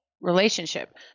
relationship